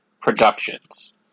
Productions